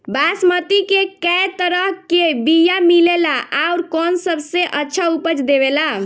बासमती के कै तरह के बीया मिलेला आउर कौन सबसे अच्छा उपज देवेला?